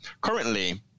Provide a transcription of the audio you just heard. Currently